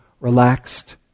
relaxed